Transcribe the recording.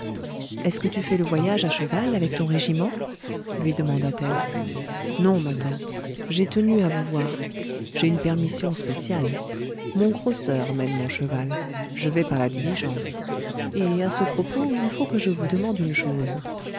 est-ce que tu fais le voyage à cheval avec ton régiment lui demanda-t-elle non ma tante j'ai tenu à vous voir j'ai une permission spéciale mon grosseur mène mon cheval je vais par la diligence et à ce propos il faut que je vous demande une chose